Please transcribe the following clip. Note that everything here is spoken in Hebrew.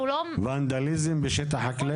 ונדליזם בשטח חקלאי?